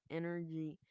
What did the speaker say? energy